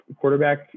quarterback